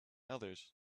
others